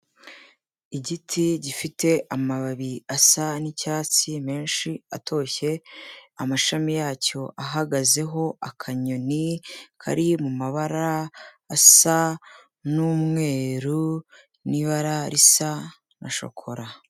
Igiti gifite amababi asa n'icyatsi menshi atoshye, amashami yacyo ahagazeho akanyoni kari mu mabara asa n'umweru, n'ibara risa na shokora.